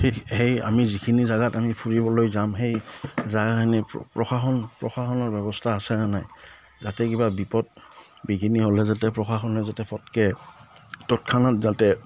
সেই সেই আমি যিখিনি জেগাত আমি ফুৰিবলৈ যাম সেই জেগাখিনি প্ৰশাসন প্ৰশাসনৰ ব্যৱস্থা আছেনে নাই যাতে কিবা বিপদ বিঘিনি হ'লে যাতে প্ৰশাসনে যাতে পতকৈ তৎক্ষণাত যাতে